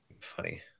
funny